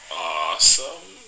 awesome